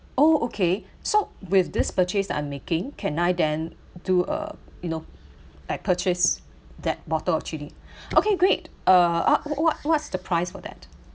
oh okay so with this purchase that I'm making can I then do a you know like purchase that bottle of chili okay great uh ah what what's the price for that